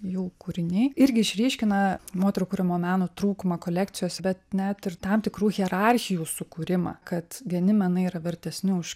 jų kūriniai irgi išryškina moterų kuriamo meno trūkumą kolekcijose bet net ir tam tikrų hierarchijų sukūrimą kad vieni menai yra vertesni už